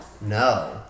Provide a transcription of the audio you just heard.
No